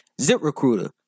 ZipRecruiter